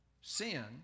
sin